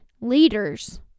leaders